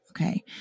okay